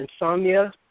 insomnia